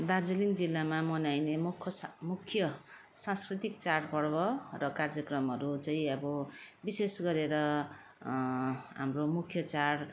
दार्जिलिङ जिल्लामा मनाइने मुख्ख सा मुख्य सांस्कृतिक चाडपर्व र कार्यक्रमहरू चाहिँ अब विशेष गरेर हाम्रो मुख्य चाड